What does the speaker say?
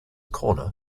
corner